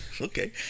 Okay